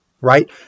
right